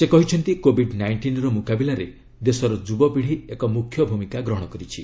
ସେ କହିଛନ୍ତି କୋବିଡ୍ ନାଇଷ୍ଟିନ୍ର ମୁକାବିଲାରେ ଦେଶର ଯୁବପିଢ଼ି ଏକ ମୁଖ୍ୟ ଭୂମିକା ଗ୍ରହଣ କରିଛି